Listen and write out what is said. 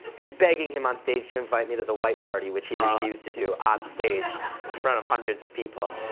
and begging him on stage to invite me to the white party, which he refused to do on stage in front of hundreds of people.